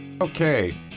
Okay